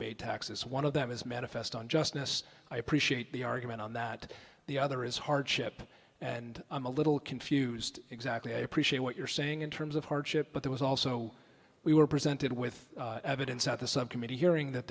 e taxes one of them is manifest on justice i appreciate the argument on that the other is hardship and i'm a little confused exactly i appreciate what you're saying in terms of hardship but there was also we were presented with evidence that the subcommittee hearing that